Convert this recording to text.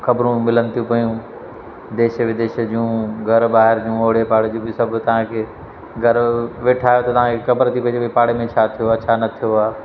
ख़बरूं मिलनि थियूं पियूं देश विदेश जूं घर ॿाहिरि जूं ओड़े पाड़े जूं बि सभु तव्हां खे घर वेठा आहियो त तव्हां खे ख़बर थी पए जे भाई पाड़े में छा थियो आहे छा न थियो आहे